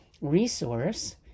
resource